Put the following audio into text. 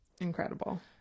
incredible